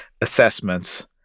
assessments